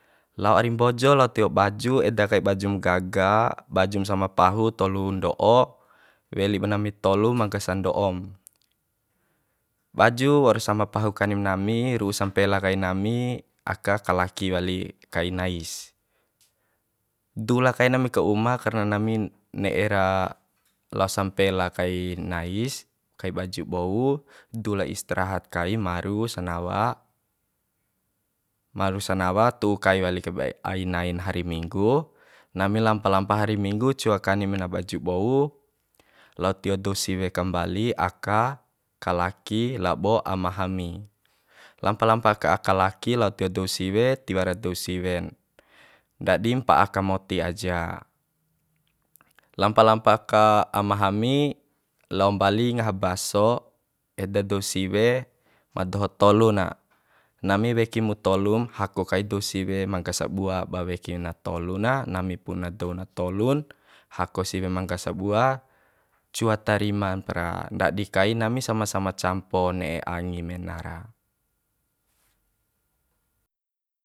Lao ari mbojo lao tio baju eda kai bajum gaga bajum sama pahu tolun do'o weli ba nami tolu mangga sando'om baju waur sama pahu kanim nami ru'u sampela kai nami aka kalaki wali kai nais dula kai nami ka uma karna nami ne'e ra lao sampela kai nais kai baju bou dula istrahat kai maru sanawa maru sanawa tu't kai wali kai ai nain hari minggu nami lampa lampa hari minggu cua kani wali baju bou lao tio dou siwe kambali aka kalaki labo ama hami lampa lampa ka aka kalaki lao tio dou siwe tiwara dou siwen ndadi mpa'a ka moti aja lampa lampa ka amahami lao mbali ngaha baso eda dou siwe ma doho tolu na nami wekimu tolun hako kai dou siwe mangga sabua ba weki na tolu na nami pun dou na tolun hako siwe mangga sabua cua tariman mpra ndadi kain nami sama sam campo ne'e angi mena ra